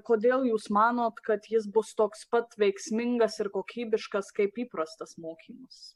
kodėl jūs manot kad jis bus toks pat veiksmingas ir kokybiškas kaip įprastas mokymas